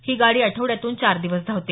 ही गाडी आठवड्यातून चार दिवस धावते